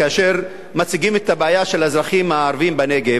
כאשר מציגים את הבעיה של האזרחים הערבים בנגב,